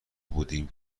بودیم